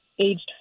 aged